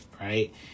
right